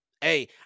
Hey